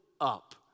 up